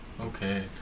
okay